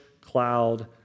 cloud